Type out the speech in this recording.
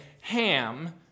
Ham